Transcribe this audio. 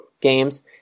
games